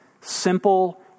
simple